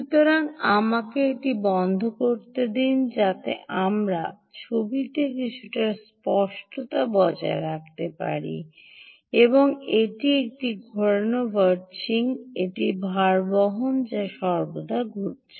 সুতরাং আমাকে এটি বন্ধ করে দিন যাতে আমরা ছবিতে কিছু স্পষ্টতা বজায় রাখতে পারি এবং এটি একটি ঘোরানো ভার্চিং এটিই ভারবহন যা সর্বদা ঘুরছে